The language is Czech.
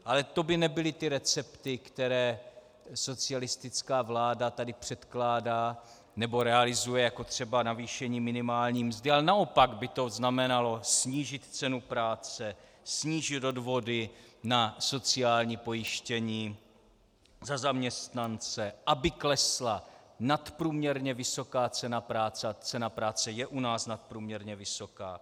Ale to by nebyly ty recepty, které socialistická vláda tady předkládá nebo realizuje, jako třeba navýšení minimální mzdy, ale naopak by to znamenalo snížit cenu práce, snížit odvody na sociální pojištění, za zaměstnance, aby klesla nadprůměrně vysoká cena práce, a cena práce je u nás nadprůměrně vysoká.